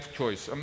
choice